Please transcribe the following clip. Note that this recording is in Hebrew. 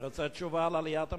אני רוצה תשובה על עליית המחירים.